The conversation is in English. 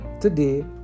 Today